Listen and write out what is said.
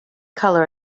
color